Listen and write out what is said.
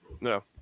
No